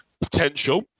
potential